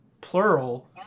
plural